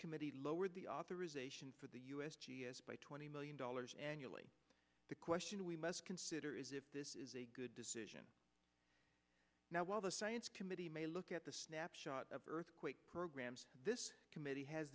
committee to lower the authorization for the u s g s by twenty million dollars annually the question we must consider is if this is a good decision now while the science committee may look at the snapshot of earthquake programs committee